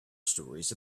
stories